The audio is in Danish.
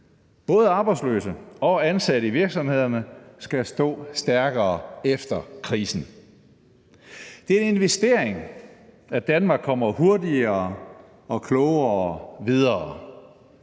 Både arbejdsløse og ansatte i virksomhederne skal stå stærkere efter krisen. Det er en investering, at Danmark kommer hurtigere og klogere videre.